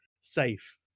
Safe